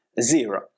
zero